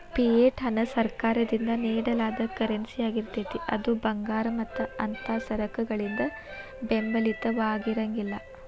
fiat ಹಣ ಸರ್ಕಾರದಿಂದ ನೇಡಲಾದ ಕರೆನ್ಸಿಯಾಗಿರ್ತೇತಿ ಅದು ಭಂಗಾರ ಮತ್ತ ಅಂಥಾ ಸರಕಗಳಿಂದ ಬೆಂಬಲಿತವಾಗಿರಂಗಿಲ್ಲಾ